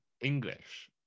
English